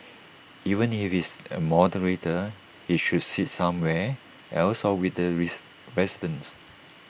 even if he is A moderator he should sit somewhere else or with the raise residents